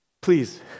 please